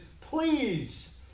please